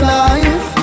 life